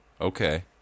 okay